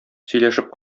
сөйләшеп